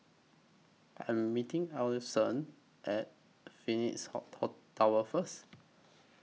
I Am meeting Alphonso At Phoenix Tower First